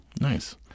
Nice